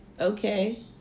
Okay